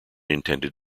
intended